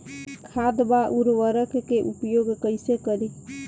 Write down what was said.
खाद व उर्वरक के उपयोग कइसे करी?